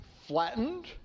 flattened